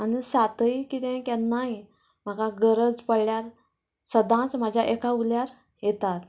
आनी सातय कितें केन्नांय म्हाका गरज पडल्यार सदांच म्हाज्या एका उल्यार येतात